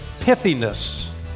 pithiness